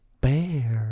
Bear